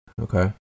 Okay